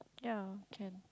ya can